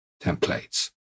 templates